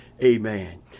Amen